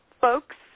folks